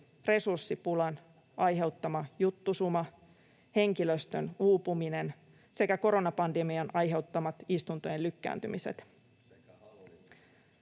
resurssipulan aiheuttama juttusuma, henkilöstön uupuminen sekä koronapandemian aiheuttamat istuntojen lykkääntymiset.